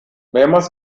mehrmals